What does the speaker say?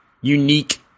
unique –